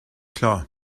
klar